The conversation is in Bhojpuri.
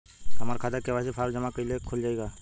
हमार खाता के.वाइ.सी फार्म जमा कइले से खुल जाई?